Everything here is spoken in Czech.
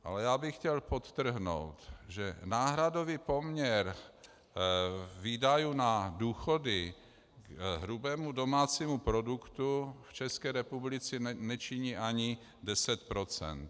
Ale chtěl bych podtrhnout, že náhradový poměr výdajů na důchody k hrubému domácímu produktu v České republice nečiní ani 10 %.